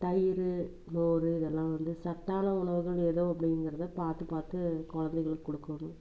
தயிர் மோர் இதெல்லாம் வந்து சத்தான உணவுகள் எதோ அப்படிங்குறத பார்த்து பார்த்து குழந்தைங்களுக்கு கொடுக்கணும்